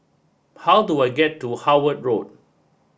how do I get to Howard Road